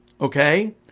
okay